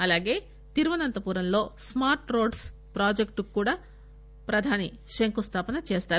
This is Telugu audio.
అలాగే తిరువనంతపురంలో స్మార్ట్ రోడ్స్ ప్రాజెక్టుకు కూడా ప్రధాని శంకుస్లాపన చేస్తారు